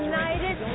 United